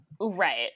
right